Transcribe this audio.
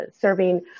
serving